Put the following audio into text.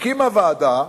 הקימה ועדה